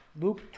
Luke